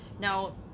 now